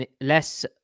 less